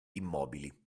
immobili